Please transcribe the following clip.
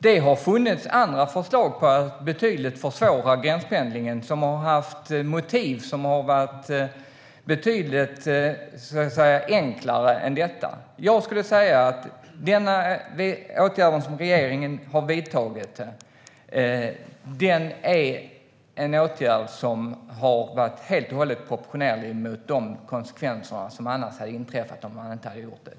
Det har funnits andra förslag på att betydligt försvåra gränspendlingen, med betydligt enklare motiv än detta. Den åtgärd som regeringen har vidtagit är en åtgärd som har varit helt och hållet proportionerlig i förhållande till de konsekvenser som annars hade inträffat om de inte hade vidtagits.